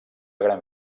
gran